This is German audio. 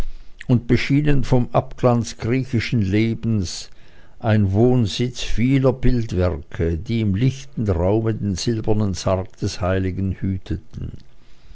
und beschienen vom abglanz griechischen lebens ein wohnsitz vieler bildwerke die im lichten raume den silbernen sarg des heiligen hüten